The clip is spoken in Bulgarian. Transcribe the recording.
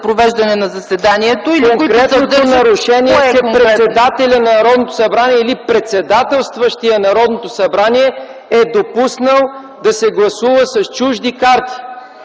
провеждане на заседанието или който съдържа... ЯНЕ ЯНЕВ: Конкретното нарушение е, че председателят на Народното събрание или председателстващият Народното събрание е допуснал да се гласува с чужди карти.